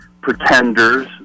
Pretenders